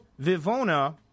Vivona